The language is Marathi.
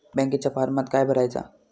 बँकेच्या फारमात काय भरायचा?